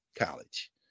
College